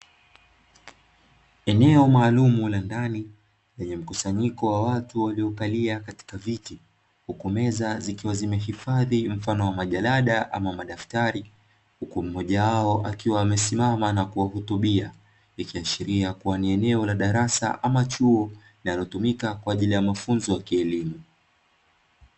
Eneo maalumu la ndani lenye mkusanyiko wa watu waliokalia katika viti, huku meza zikiwa zimehifadhi mfano wa majarada ama madaftari, huku mmoja wao akiwa amesimama na kuwahutubia, ikiashiria kuwa ni eneo la darasa ama chuo linalotumika kwa ajili ya mafunzo ya kielimu.